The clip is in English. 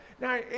Now